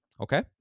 okay